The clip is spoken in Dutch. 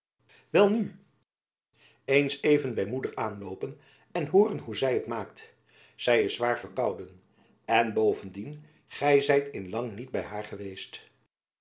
wel nu eens even by moeder aanloopen en hooren hoe zy t maakt zy is zwaar verkouden en bovendien gy zijt in lang niet by haar geweest